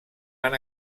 van